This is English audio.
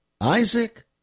Isaac